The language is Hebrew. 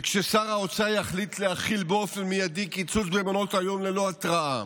וכששר האוצר יחליט להחיל באופן מיידי קיצוץ במעונות היום ללא התראה,